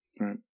Right